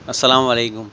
السلام علیکم